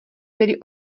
byli